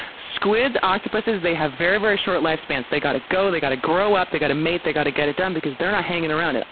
squids, octopuses they have very, very short life spans. they gotta go, they gotta grow up, they gotta mate, they gotta get it done because they're not hanging around.